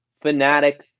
Fanatic